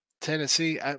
Tennessee